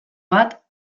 bat